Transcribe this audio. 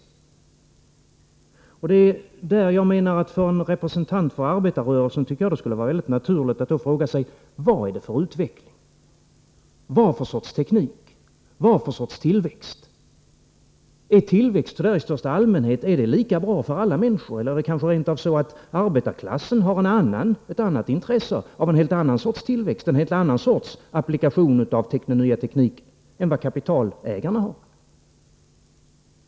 Jag tycker det skulle vara naturligt att en representant för arbetarrörelsen frågar sig: Vilken utveckling? Vilken teknik? Vilken tillväxt? Är tillväxt i största allmänhet lika bra för alla människor eller är det kanske rent av så, att arbetarklassen har intresse av en helt annan sorts tillväxt, en helt annan sorts applikation av den nya tekniken än vad kapitalägarna har?